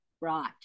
right